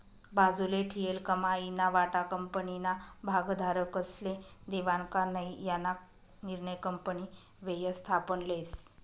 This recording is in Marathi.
बाजूले ठीयेल कमाईना वाटा कंपनीना भागधारकस्ले देवानं का नै याना निर्णय कंपनी व्ययस्थापन लेस